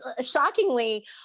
shockingly